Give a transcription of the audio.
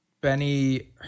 Benny